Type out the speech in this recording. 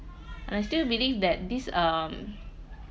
I still believe that this um